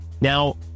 Now